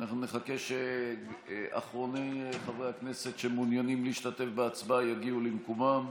אנחנו נחכה שאחרוני חברי הכנסת שמעוניינים להשתתף בהצבעה יגיעו למקומם.